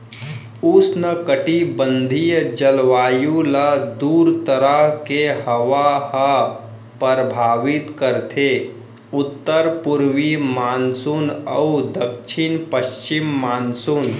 उस्नकटिबंधीय जलवायु ल दू तरह के हवा ह परभावित करथे उत्तर पूरवी मानसून अउ दक्छिन पस्चिम मानसून